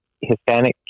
Hispanic